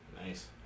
nice